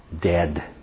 dead